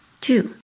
Two